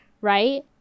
right